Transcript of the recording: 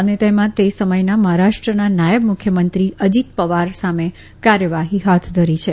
અને તેમાં તે સમયના મહારાષ્ટ્રના નાયબ મુખ્યમંત્રી અજીત પવાર સામે કાર્યવાઠી હાથ ધરી છે